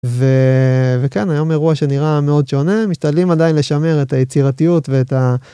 וכן היום אירוע שנראה מאוד שונה, משתדלים עדיין לשמר את היצירתיות ואת ה...